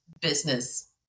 business